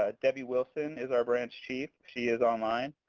ah debbie wilson is our branch chief. she is online.